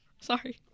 Sorry